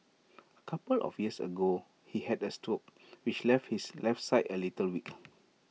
A couple of years ago he had A stroke which left his left side A little weak